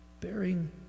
Bearing